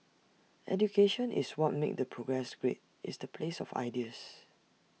education is what makes the progress great it's the place of ideas